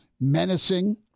menacing